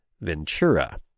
Ventura